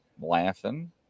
laughing